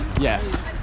Yes